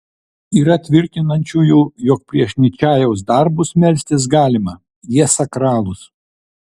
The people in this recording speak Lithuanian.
yra tvirtinančiųjų jog prieš ničajaus darbus melstis galima jie sakralūs